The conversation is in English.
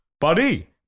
buddy